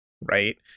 right